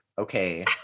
Okay